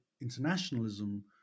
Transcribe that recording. internationalism